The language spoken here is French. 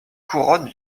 couronne